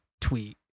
tweet